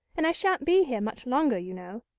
and i shan't be here much longer, you know.